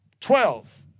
Twelve